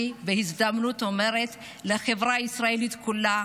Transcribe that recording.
אני אומרת בהזדמנות זו לחברה הישראלית כולה: